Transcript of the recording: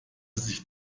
sich